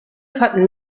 fanden